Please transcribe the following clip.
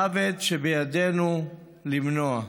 מוות שבידנו למנוע.